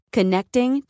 Connecting